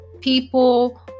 people